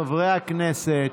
חברי הכנסת,